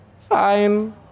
Fine